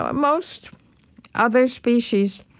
ah most other species,